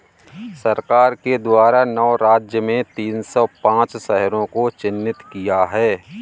सरकार के द्वारा नौ राज्य में तीन सौ पांच शहरों को चिह्नित किया है